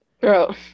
Bro